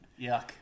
Yuck